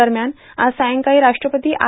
दरम्यान आज सायंकाळी राष्ट्रपती आय